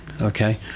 okay